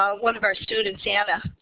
ah one of our students, anna,